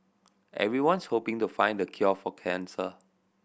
everyone's hoping to find the cure for cancer